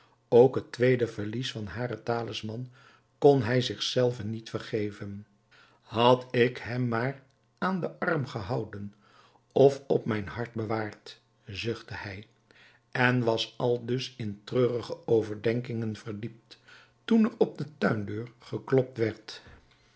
ook het tweede verlies van haren talisman kon hij zich zelven niet vergeven had ik hem maar aan den arm gehouden of op mijn hart bewaard zuchtte hij en was aldus in treurige overdenkingen verdiept toen er op de tuindeur geklopt werd